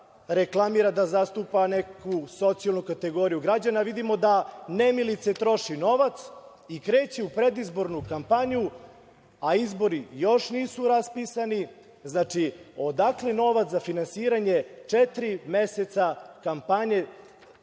reklamira da zastupa neku socijalnu kategoriju građana, a vidimo da nemilice troši novac i kreće u predizbornu kampanju, a izbori još nisu raspisani? Znači, odakle novac za finansiranje četiri meseca kampanje?